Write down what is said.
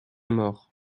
mort